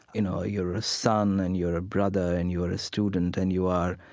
you know, ah you're a son, and you're a brother, and you're a student, and you are,